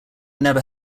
never